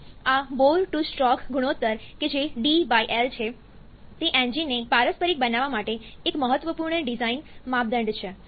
આ bore to stroke ગુણોત્તર કે જે DL છે તે એન્જીનને પારસ્પરિક બનાવવા માટે એક મહત્વપૂર્ણ ડિઝાઇન માપદંડ છે